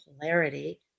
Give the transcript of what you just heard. polarity